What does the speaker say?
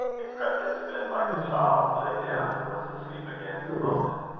and crept into bed like a child, lay down, and was asleep again in a moment.